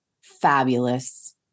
fabulous